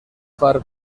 far